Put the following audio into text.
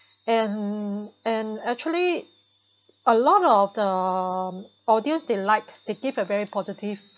and and actually a lot of the audience they like they give a very positive